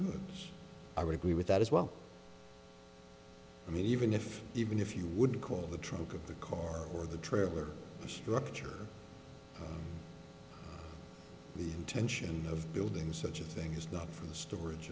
of i would agree with that as well i mean even if even if you would call the trunk of the car or the trailer structure the intention of building such a thing is not from the storage